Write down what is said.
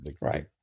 Right